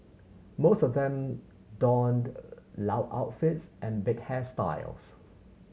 most of them donned loud outfits and big hairstyles